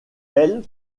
elle